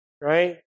Right